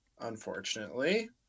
unfortunately